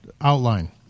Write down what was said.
outline